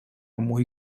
muy